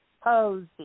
Posey